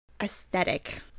Aesthetic